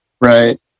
Right